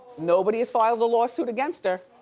nobody has filed a lawsuit against her.